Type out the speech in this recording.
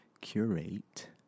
curate